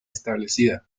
establecida